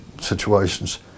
situations